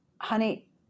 honey